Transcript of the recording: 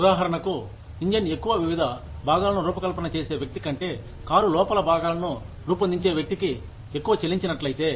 ఉదాహరణకు ఇంజన్ ఎక్కువ వివిధ భాగాలను రూపకల్పన చేసే వ్యక్తి కంటే కారు లోపల భాగాలను రూపొందించే వ్యక్తికి ఎక్కువ చెల్లించినట్లైతే